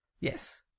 Yes